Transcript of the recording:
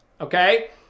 okay